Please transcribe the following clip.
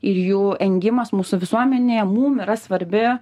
ir jų engimas mūsų visuomenėje mum yra svarbi